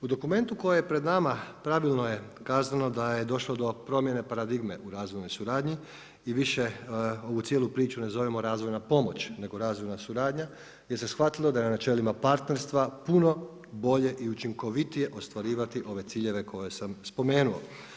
U dokumentu koji je pred nama pravilno je kazano da je došlo do promjene paradigme u razvojnoj suradnji i više ovu cijelu priču ne zovemo razvojna pomoć nego razvojna suradnja jer se shvatilo da je na čelima partnerstva puno bolje i učinkovitije ostvarivati ove ciljeve koje sam spomenuo.